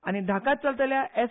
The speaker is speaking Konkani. आनी धाकात चलतल्या एस